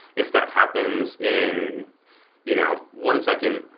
if that happens in you know one second,